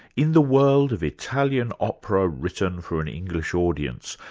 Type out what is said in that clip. in the world of italian opera written for an english audience,